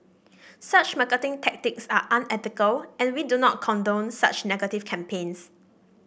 such marketing tactics are unethical and we do not condone such negative campaigns